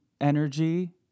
energy